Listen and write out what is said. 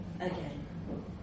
again